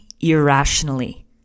irrationally